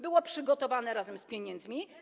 Było ono przygotowane razem z pieniędzmi.